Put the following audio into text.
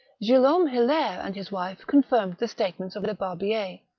guillaume hilaire and his wife confirmed the state ments of lebarbier.